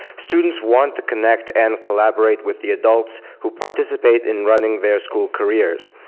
students want to connect and collaborate with the adults who participate in running their school careers.